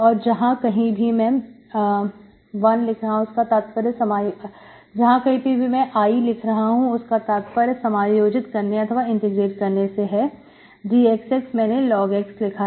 और जहां कहीं भी मैं I लिख रहा हूं इसका तात्पर्य समायोजित करने अथवा इंटीग्रेट करने से है dxx मैंने Logx लिखा है